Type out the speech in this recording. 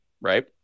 right